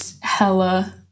hella